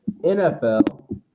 NFL